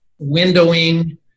windowing